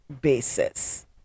basis